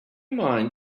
mind